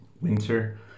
winter